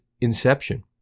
inception